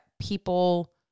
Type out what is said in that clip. people